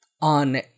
On